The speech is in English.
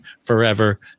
forever